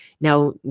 now